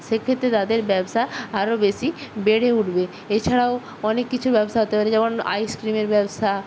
সেক্ষেত্রে তাদের ব্যবসা আরও বেশি বেড়ে উঠবে এছাড়াও অনেক কিছু ব্যবসা হতে পারে যেমন আইসক্রিমের ব্যবসা